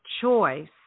choice